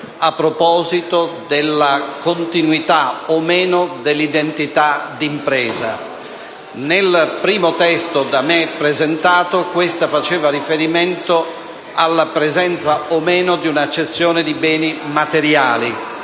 a proposito della continuità dell'identità d'impresa. Nel primo testo da me presentato questa faceva riferimento alla presenza o meno di una cessione di beni materiali.